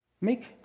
make